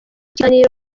kiganiro